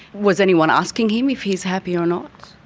was anyone asking him if he's happy or not?